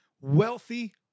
wealthy